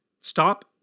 stop